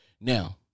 Now